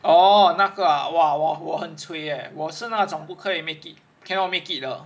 orh 那个 ah !wah! !wah! 我很 cui leh 我是那种不可以 make it cannot make it 的